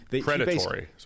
Predatory